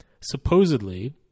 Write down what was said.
Supposedly